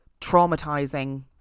traumatizing